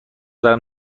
دارم